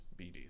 bds